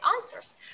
answers